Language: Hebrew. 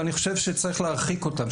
ואני חושב שצריך להרחיק אותם,